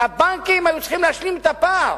שהבנקים היו צריכים להשלים את הפער.